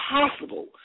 impossible